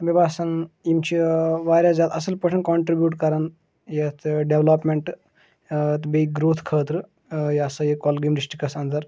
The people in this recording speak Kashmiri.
مےٚ باسان یِم چھِ واریاہ زیادٕ اَصٕل پٲٹھۍ کَنٹِرٛبیوٗٹ کَران یَتھ ڈٮ۪ولَپمٮ۪نٛٹ تہٕ بیٚیہِ گرٛوتھ خٲطرٕ یہِ ہَسا یہِ کۄلگٲمۍ ڈِسٹِرٛکَس اَنٛدَر